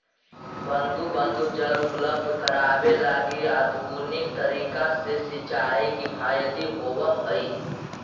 बूंद बूंद जल उपलब्ध करावे लगी आधुनिक तरीका से सिंचाई किफायती होवऽ हइ